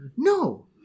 No